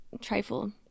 trifle